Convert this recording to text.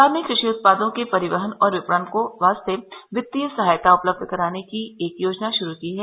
सरकार ने कृषि उत्पादों के परिवहन और विपणन के वास्ते वित्तीय सहायता उपलब्ध कराने की एक योजना शुरू की है